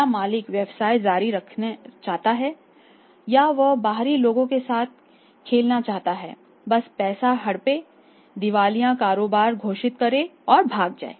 क्या मालिक व्यवसाय जारी रखना चाहते हैं या वह बाहरी लोगों के साथ खेलना चाहते हैं बस पैसे हड़पें दिवालिया कारोबार घोषित करें और भाग जाएं